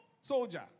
soldier